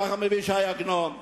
ככה מביא ש"י עגנון.